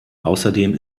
außerdem